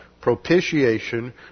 propitiation